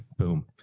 boom.